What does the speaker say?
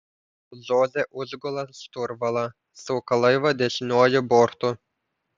žoze užgula šturvalą suka laivą dešiniuoju bortu